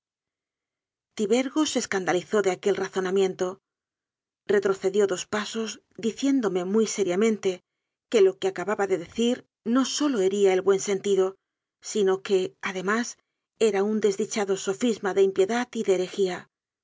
se escandalizó de aquel razonamiento retrocedió dos pasos diciéndome muy seriamente que lo que acababa de decir no sólo hería el buen sentido sino que además era un desdichado so fisma de impiedad y de